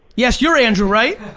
yes, you're andrew, right?